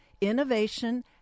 Innovation